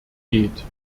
geht